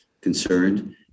concerned